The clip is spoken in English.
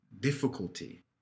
difficulty